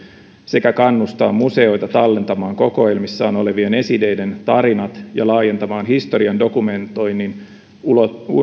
sekä kannustaa museoita tallentamaan kokoelmissaan olevien esineiden tarinat ja laajentamaan historian dokumentoinnin ulottumaan